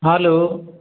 hello